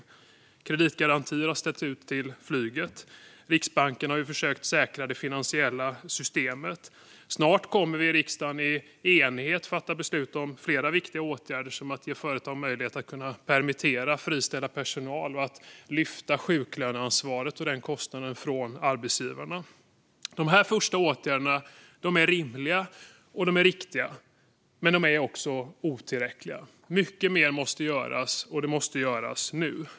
Kreditgarantier har ställts ut till flyget, Riksbanken har försökt säkra det finansiella systemet och snart kommer vi i riksdagen i enighet att fatta beslut om flera viktiga åtgärder, såsom att ge företag möjlighet att permittera och friställa personal och att lyfta bort sjuklöneansvaret och kostnaden för detta från arbetsgivarna. Dessa första åtgärder är rimliga och riktiga, men de är otillräckliga. Mycket mer måste göras, och det måste göras nu.